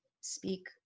speak